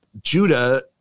Judah